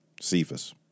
Cephas